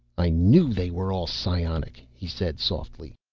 i knew they were all psionic, he said softly.